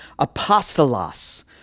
apostolos